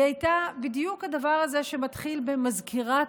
היא הייתה בדיוק הדבר הזה שמתחיל במזכירת